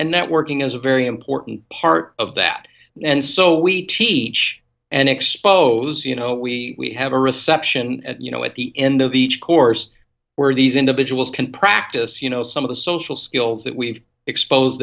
and networking is a very important part of that and so we teach and expose you know we have a reception at you know at the end of each course where these individuals can practice you know some of the social skills that we've expose